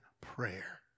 prayer